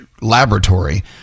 laboratory